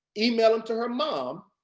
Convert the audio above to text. email them to her mom.